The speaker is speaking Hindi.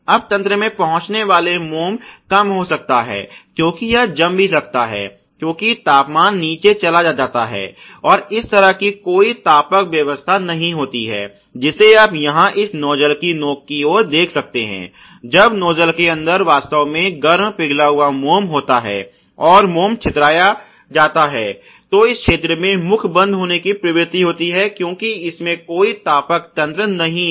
अब तंत्र में पहुँचने वाला मोम कम हो सकता है क्यूंकि यह जम भी सकता है क्योंकि तापमान नीचे चला जाता है और इस तरह की कोई तापक व्यवस्था नहीं होती है जिसे आप यहां इस नोज्जल की नोक की ओर देख सकते हैं जब नोज्जल के अंदर वास्तव में गर्म पिघला हुआ मोम होता है और मोम छितराया जाता है तो इस क्षेत्र में मुख बंद होने की प्रवृत्ति होती है क्योंकि इसमें कोई तापक तंत्र नहीं है